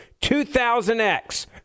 2000X